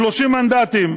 30 מנדטים.